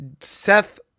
seth